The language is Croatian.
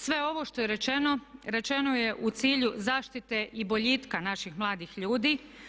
Sve ovo što je rečeno, rečeno je u cilju zaštite i boljitka naših mladih ljudi.